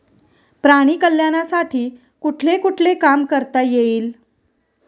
प्राणी कल्याणासाठी कुठले कुठले काम करता येईल?